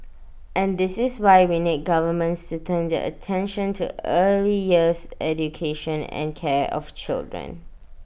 and this is why we need governments to turn their attention to early years education and care of children